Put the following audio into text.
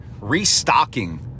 restocking